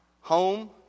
Home